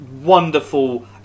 wonderful